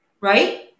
Right